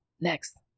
Next